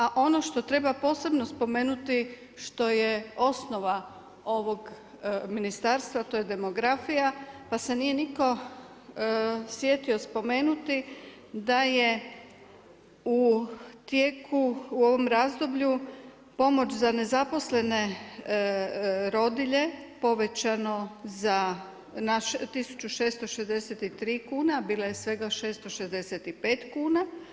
A ono što treba posebno spomenuti što je osnova ovog ministarstva to je demografija, pa se nije nitko sjetio spomenuti da je u tijeku u ovom razdoblju pomoć za nezaposlene rodilje povećano za 1.663 kuna, a bila je svega 665 kuna.